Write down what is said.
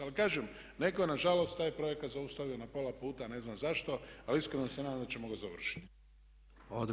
Ali kažem netko je nažalost taj projekat zaustavio na pola puta a ne znam zašto ali iskreno se nadam da ćemo ga završiti.